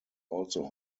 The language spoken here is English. also